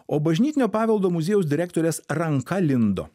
o bažnytinio paveldo muziejaus direktorės ranka lindo